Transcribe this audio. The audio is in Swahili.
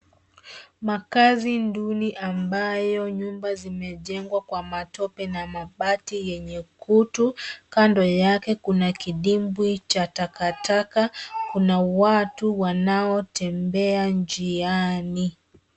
Makaazi duni ambayo nyumba zimejengwa kwa matope na mabti yenye kutu. Kando yake kuna kidimbwi cha takataka, kuna watu wanao tembea njiani.